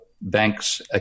banks